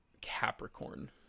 Capricorn